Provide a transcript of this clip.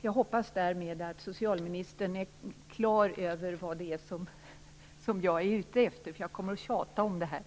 Jag hoppas därmed att socialministern är på det klara med vad det är som jag är ute efter, för jag kommer att tjata om det här.